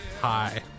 Hi